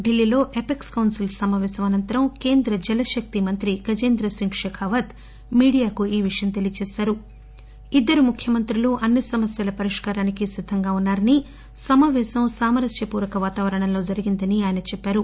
ఢిల్లీలో apex council సమాపేశం అనంతరం కేంద్ర జల శక్తి మంత్రి గజేంద్రసింగ్ శెఖావత్ మీడియాకు ఈ విషయం తెలియ చేశారు ఇద్దరు ముఖ్యమంత్రులు అన్ని సమస్యల పరిష్కారానికి సిద్దంగా ఉన్నారని సమాపేశం సామరస్యపూర్వక వాతావరణంలో జరిగిందని ఆయన చెప్పారు